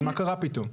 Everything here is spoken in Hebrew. אז מה קרה פתאום?